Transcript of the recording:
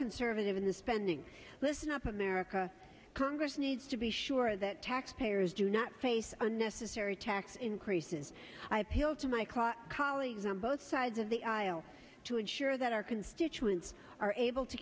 conservative in the spending listen up america congress needs to be sure that tax payers do not face unnecessary tax increases i appeal to my class colleagues on both sides of the aisle to ensure that our constituents are able to